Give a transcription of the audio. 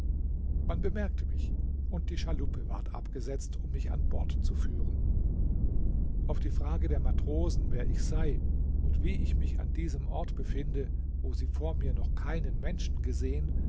man bemerkte mich und die schaluppe ward abgesandt um mich an bord zu führen auf die frage der matrosen wer ich sei und wie ich mich an diesem ort befinde wo sie vor mir noch keinen menschen gesehen